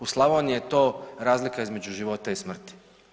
U Slavoniji je to razlika između života i smrti.